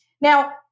Now